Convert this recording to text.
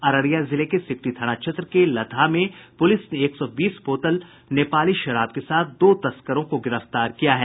अररिया जिले के सिकटी थाना क्षेत्र के लतहा में पुलिस ने एक सौ बीस बोतल नेपाली शराब के साथ दो तस्करों को गिरफ्तार किया है